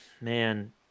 man